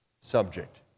subject